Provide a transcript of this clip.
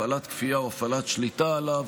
הפעלת כפייה או הפעלת שליטה עליו,